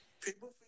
people